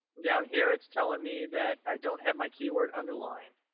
down here it's telling me that i don't have my keyword underlined.